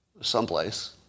someplace